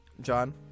John